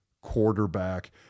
quarterback